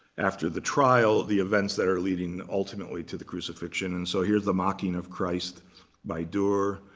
after the trial, the events that are leading ultimately to the crucifixion. and so here's the mocking of christ by durer.